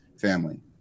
family